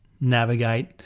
navigate